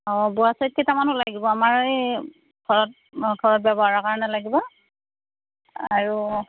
অঁ বোৱা ছেট কেইটামানো লাগিব আমাৰ এই ঘৰত ঘৰত ব্যৱহাৰৰ কাৰণে লাগিব আৰু